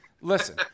listen